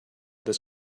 this